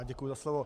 Děkuji za slovo.